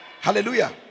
Hallelujah